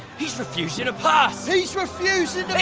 he's refusing to pass! he's refusing